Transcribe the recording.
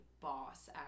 boss